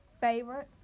favorite